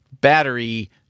battery